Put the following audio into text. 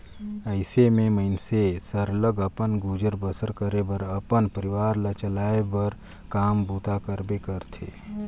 अइसे में मइनसे सरलग अपन गुजर बसर करे बर अपन परिवार ल चलाए बर काम बूता करबे करथे